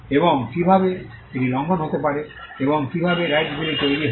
এবং কীভাবে এটি লঙ্ঘন হতে পারে এবং কীভাবে রাইটসগুলি তৈরি হয়